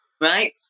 Right